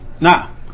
Now